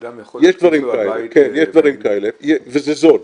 אדם יכול -- יש דברים כאלה וזה זול.